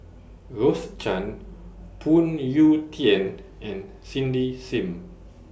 Rose Chan Phoon Yew Tien and Cindy SIM